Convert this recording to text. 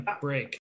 break